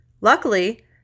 Luckily